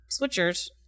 switchers